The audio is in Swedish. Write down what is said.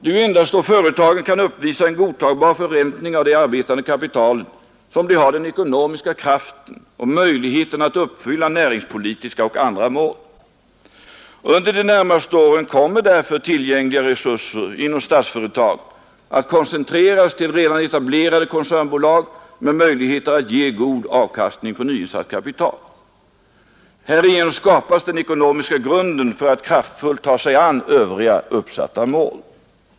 Det är ju endast då företagen kan uppvisa en godtagbar förräntning av det arbetande kapitalet som de har den ekonomiska kraften och möjligheten att uppfylla näringspolitiska och andra mål. Under de närmaste åren kommer därför tillgängliga resurser inom Statsföretag att koncentreras till redan etablerade koncernbolag med möjligheter att ge god avkastning på nyinsatt kapital. Härigenom skapas den ekonomiska grunden för att kraftfullt ta sig an övriga uppsatta mål.